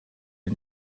den